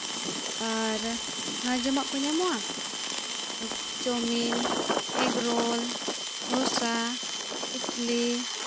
ᱟᱨ ᱱᱚᱣᱟ ᱡᱚᱢᱟᱜ ᱠᱚ ᱧᱟᱢᱚᱜᱼᱟ ᱪᱟᱣᱢᱤᱱ ᱮᱜᱽᱨᱳᱞ ᱰᱷᱚᱥᱟ ᱤᱴᱞᱤ